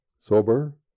Sober